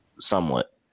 somewhat